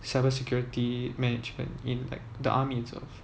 cyber security management in like the army itself